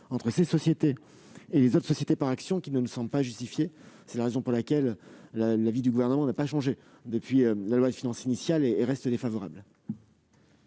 entre ces sociétés et les autres sociétés par actions, qui ne nous semble pas justifié. C'est la raison pour laquelle le Gouvernement n'a pas changé d'avis depuis la loi de finances initiale : il reste défavorable